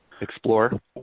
explore